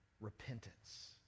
repentance